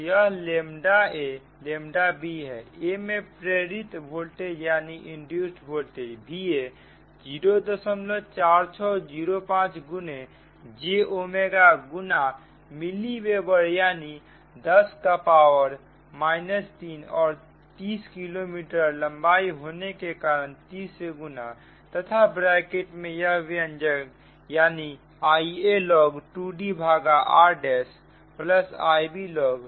तो यह abहै a में प्रेरित वोल्टेज डेल्टा Va 04605 गुना j गुना मिली वेबर यानी 10 का पावर 3 और 30 km लंबाई होने के कारण 30 से गुना तथा ब्रैकेट में यह व्यंजक यानी Ialog 2Dr' Iblog 2